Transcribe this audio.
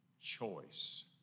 choice